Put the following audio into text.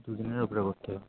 দুদিনের উপরে করতে